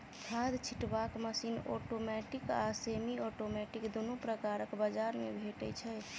खाद छिटबाक machine automatic आ सेमी औटोमेटिक दुनू प्रकारक बजार मे भेटै छै